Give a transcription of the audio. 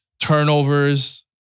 turnovers